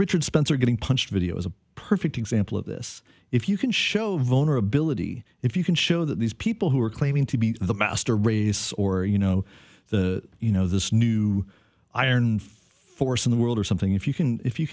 richard spencer getting punched video is a perfect example of this if you can show vulnerability if you can show that these people who are claiming to be the master race or you know that you know this new iron force in the world or something if you can if you